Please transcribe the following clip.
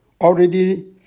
already